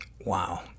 Wow